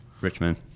Richmond